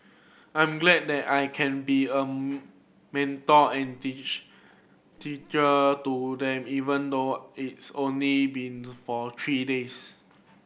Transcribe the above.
I'm glad that I can be a mentor and teacher to them even though it's only been for three days